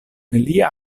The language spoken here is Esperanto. lia